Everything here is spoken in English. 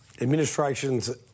Administrations